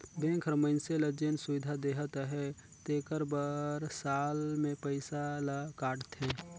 bank हर मइनसे ल जेन सुबिधा देहत अहे तेकर बर साल में पइसा ल काटथे